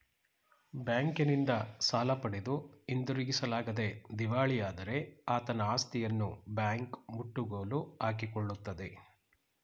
ಬ್ಯಾಂಕಿನಿಂದ ಸಾಲ ಪಡೆದು ಹಿಂದಿರುಗಿಸಲಾಗದೆ ದಿವಾಳಿಯಾದರೆ ಆತನ ಆಸ್ತಿಯನ್ನು ಬ್ಯಾಂಕ್ ಮುಟ್ಟುಗೋಲು ಹಾಕಿಕೊಳ್ಳುತ್ತದೆ